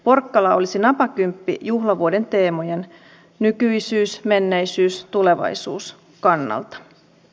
porkkala olisi napakymppi juhlavuoden teemojen nykyisyys menneisyys tulevaisuus kannalta